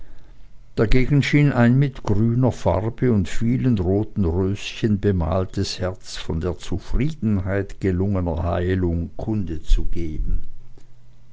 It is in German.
dagegen schien ein mit grüner farbe und vielen roten röschen bemaltes herz von der zur zufriedenheit gelungenen heilung kunde zu geben